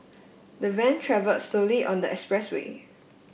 the van travelled slowly on the expressway